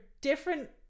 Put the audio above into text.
different